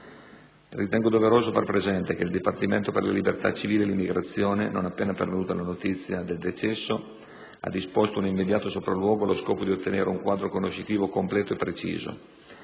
Ritengo doveroso far presente che il Dipartimento per le libertà civili e l'immigrazione, non appena pervenuta la notizia del decesso, ha disposto un immediato sopralluogo allo scopo di ottenere un quadro conoscitivo completo e preciso.